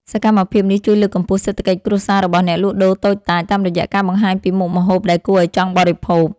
សកម្មភាពនេះជួយលើកកម្ពស់សេដ្ឋកិច្ចគ្រួសាររបស់អ្នកលក់ដូរតូចតាច តាមរយៈការបង្ហាញពីមុខម្ហូបដែលគួរឱ្យចង់បរិភោគ។